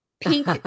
pink